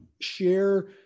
share